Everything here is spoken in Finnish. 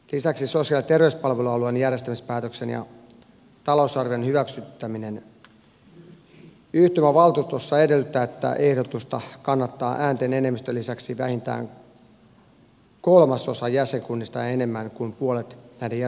lisäksi sosiaali ja terveysalueen järjestämispäätöksen ja talousarvion hyväksyttäminen yhtymävaltuustossa edellyttää että ehdotusta kannattaa äänten enemmistön lisäksi vähintään kolmasosa jäsenkunnista ja enemmän kuin puolet näiden jäsenkuntien edustajista